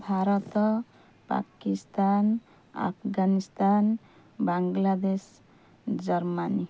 Bharat Pakistan Afghanistan Bangladesh Germany